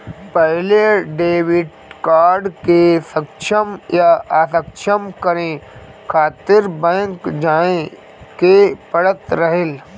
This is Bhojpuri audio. पहिले डेबिट कार्ड के सक्षम या असक्षम करे खातिर बैंक जाए के पड़त रहल